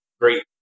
great